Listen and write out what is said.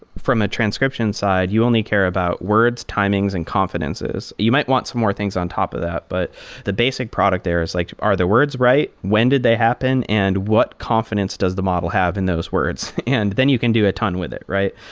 from a transcription side, you only care about words, timings and confidences. you might want some more things on top of that. but the basic product errors, like are the words right? when did they happen and what confidence does the model have been and those words? and then you can do a ton with it, right?